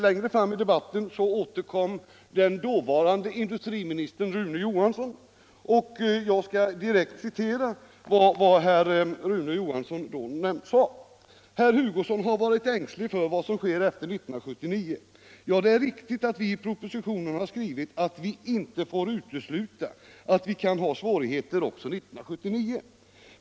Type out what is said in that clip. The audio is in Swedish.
Längre fram i debatten återkom den dåvarande industriministern Rune Johansson, och jag skall citera vad han då yttrade: ”Herr Hugosson har varit ängslig för vad som sker efter 1979. Ja, det är riktigt att vi i propositionen har skrivit att vi inte får utesluta att vi kan ha svårigheter också 1979.